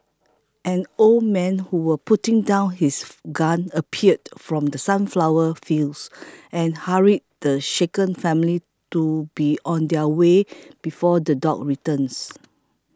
an old man who was putting down his gun appeared from the sunflower fields and hurried the shaken family to be on their way before the dogs return